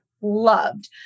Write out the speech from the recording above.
loved